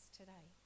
today